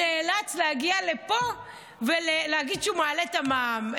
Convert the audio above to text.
הוא זה שנאלץ להגיע לפה ולהגיד שהוא מעלה את המע"מ.